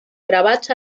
gravats